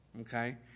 Okay